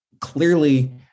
Clearly